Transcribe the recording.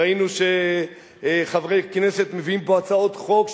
ראינו שחברי כנסת מביאים פה הצעות חוק,